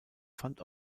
fand